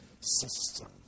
system